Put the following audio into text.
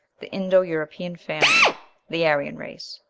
the indo-european family the aryan race.